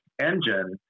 engine